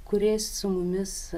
kuriais su mumis